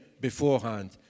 beforehand